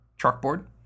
Chalkboard